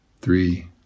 three